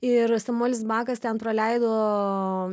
ir samuelis bakas ten praleido